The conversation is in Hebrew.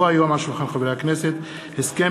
הצעת חוק למניעת הטרדה מינית (תיקון,